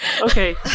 Okay